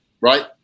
right